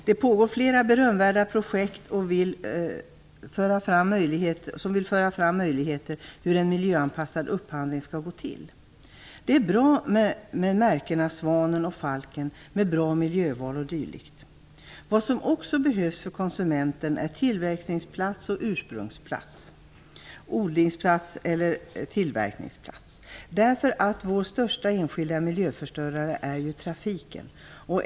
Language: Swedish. Det pågår flera berömvärda projekt som vill föra fram hur en miljöanpassad upphandling skall gå till. Det är bra med märkningen med falken, svanen, Bra miljöval o.d. Konsumenterna behöver också uppgift om tillverknings-, ursprungs eller odlingsplats. Vår största enskilda miljöförstörare är trafiken.